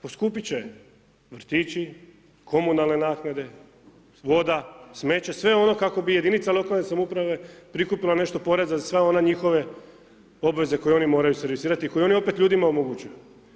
Poskupit će vrtići, komunalne naknade, voda, smeće, sve ono kako bi jedinica lokalne samouprave prikupila nešto poreza za sve one njihove obveze koji oni moraju servisirati i koji oni opet ljudima omogućuju.